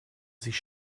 sich